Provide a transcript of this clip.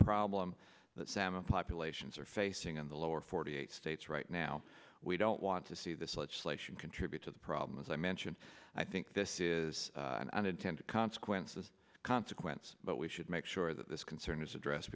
problem that salmon populations are facing in the lower forty eight states right now we don't want to see this legislation contribute to the problem as i mentioned i think this is an unintended consequences consequence but we should make sure that this concern is addressed